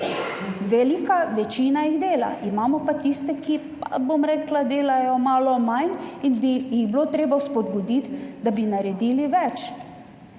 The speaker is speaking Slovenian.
velika večina jih dela, imamo pa tiste, ki pa, bom rekla, delajo malo manj in bi jih bilo treba spodbuditi, da bi naredili več.